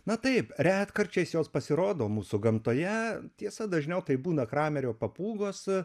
na taip retkarčiais jos pasirodo mūsų gamtoje tiesa dažniau tai būna kramerio papūgos